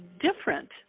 different